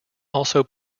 also